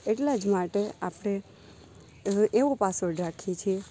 એટલા જ માટે આપણે એવો પાસવર્ડ રાખીએ છીએ